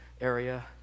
area